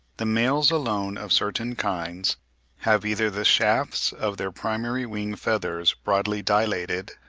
the males alone of certain kinds have either the shafts of their primary wing-feathers broadly dilated,